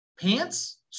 Pants